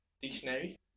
dictionary